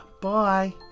Bye